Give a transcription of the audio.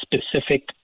specific